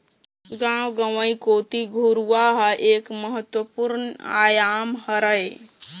गाँव गंवई कोती घुरूवा ह एक महत्वपूर्न आयाम हरय